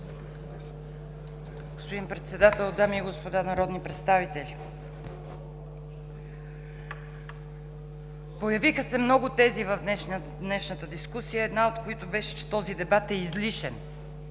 Господин Председател, дами и господа народни представители! Появиха се много тези в днешната дискусия, една от които беше, че този дебат е излишен,